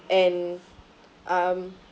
and um